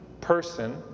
person